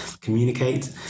communicate